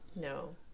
No